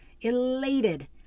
elated